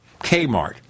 Kmart